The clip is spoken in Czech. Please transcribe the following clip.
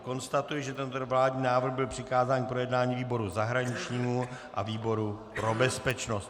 Konstatuji, že tento vládní návrh byl přikázán k projednání výboru zahraničnímu a výboru pro bezpečnost.